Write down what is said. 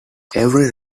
every